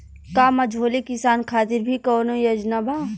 का मझोले किसान खातिर भी कौनो योजना बा?